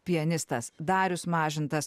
pianistas darius mažintas